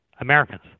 Americans